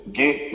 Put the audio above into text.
get